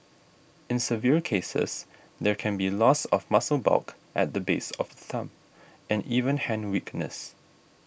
in severe cases there can be loss of muscle bulk at the base of the thumb and even hand weakness